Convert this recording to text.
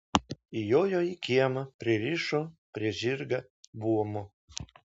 įjojo į kiemą pririšo prie žirgą buomo